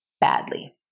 badly